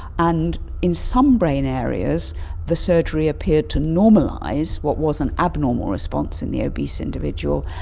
and in some brain areas the surgery appeared to normalise what was an abnormal response in the obese individual.